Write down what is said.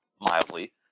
mildly